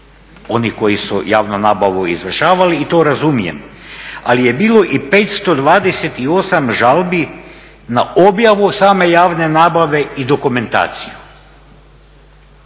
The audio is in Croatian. onih koji su javnu nabavu izvršavali i to razumijem. Ali je bilo i 528 žalbi na objavu same javne nabave i dokumentaciju.